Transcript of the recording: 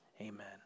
Amen